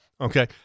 Okay